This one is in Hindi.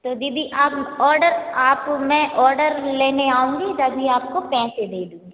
तो दीदी आप ऑर्डर आपको मैं ऑर्डर लेने आऊँगी जब ये आपको पैसे दे दूँगी